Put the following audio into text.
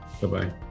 bye-bye